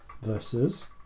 versus